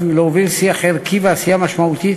להוביל שיח ערכי ועשייה משמעותית